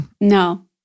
No